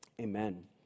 amen